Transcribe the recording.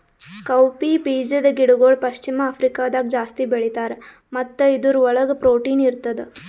cowpea ಬೀಜದ ಗಿಡಗೊಳ್ ಪಶ್ಚಿಮ ಆಫ್ರಿಕಾದಾಗ್ ಜಾಸ್ತಿ ಬೆಳೀತಾರ್ ಮತ್ತ ಇದುರ್ ಒಳಗ್ ಪ್ರೊಟೀನ್ ಇರ್ತದ